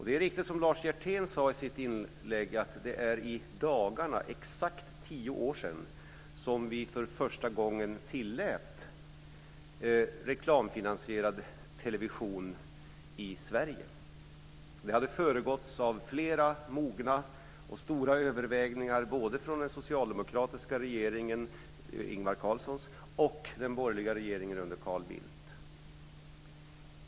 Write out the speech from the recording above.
Det är riktigt som Lars Hjertén sade i sitt inlägg att det i dagarna är exakt tio år sedan som vi för första gången tillät reklamfinansierad television i Sverige. Det hade föregåtts av flera stora och mogna överväganden, både av Ingvar Carlssons socialdemokratiska regering och den borgerliga regeringen under Carl Bildt.